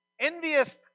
Envious